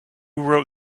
wrote